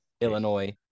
Illinois